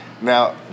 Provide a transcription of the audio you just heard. Now